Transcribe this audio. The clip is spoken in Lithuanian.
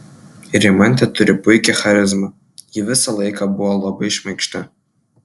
rimantė turi puikią charizmą ji visą laiką buvo labai šmaikšti